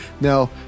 Now